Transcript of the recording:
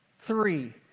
Three